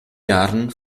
jahren